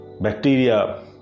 bacteria